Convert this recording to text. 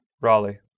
Raleigh